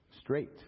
straight